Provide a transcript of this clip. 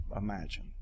imagine